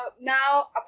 now